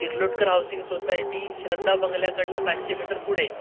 Tirlotkar housing society Shraddha बंगल्याकडनं पाचशे metre पुढे